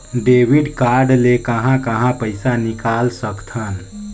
Debit card ले कहां कहां पइसा निकाल सकथन?